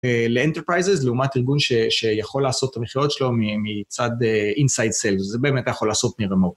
לאנטרפריז, לעומת ארגון שיכול לעשות את המכירות שלו מצד אינסייד סליז, זה באמת יכול לעשות בremote.